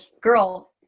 girl